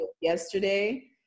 yesterday